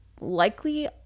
likely